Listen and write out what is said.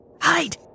Hide